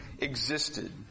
existed